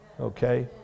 okay